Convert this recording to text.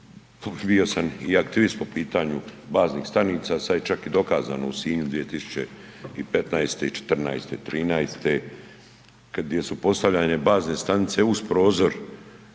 bio sam i aktivist po pitanju baznih stanica, sad je čak i dokazano u Sinju 2015., i 14. i 13. kad gdje su postavljane bazne stanice uz prozor